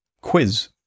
quiz